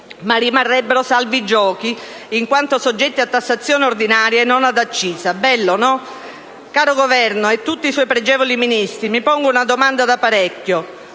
e rimarrebbero salvi i giochi, in quanto soggetti a tassazione ordinaria e non ad accisa. Bello, no? Caro Governo, con tutti i suoi pregevoli Ministri, mi pongo una domanda da parecchio: